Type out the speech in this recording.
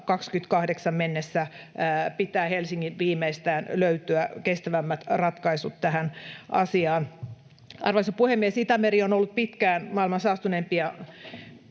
2028 mennessä pitää Helsingin viimeistään löytää kestävämmät ratkaisut tähän asiaan. Arvoisa puhemies! Itämeri on ollut pitkään maailman saastuneimpia